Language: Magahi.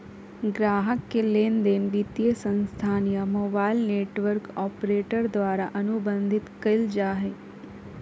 ग्राहक के लेनदेन वित्तीय संस्थान या मोबाइल नेटवर्क ऑपरेटर द्वारा अनुबंधित कइल जा हइ